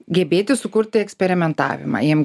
gebėti sukurti eksperimentavimą jiem